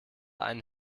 einen